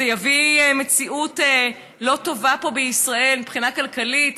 זה יביא מציאות לא טובה פה בישראל מבחינה כלכלית.